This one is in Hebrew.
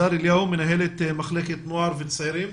הדר אליהו, מנהלת מחלקת נוער וצעירים.